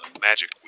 magic